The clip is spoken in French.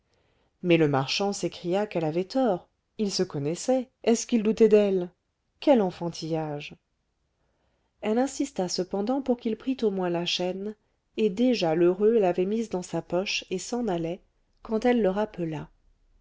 mais le marchand s'écria qu'elle avait tort ils se connaissaient est-ce qu'il doutait d'elle quel enfantillage elle insista cependant pour qu'il prît au moins la chaîne et déjà lheureux l'avait mise dans sa poche et s'en allait quand elle le rappela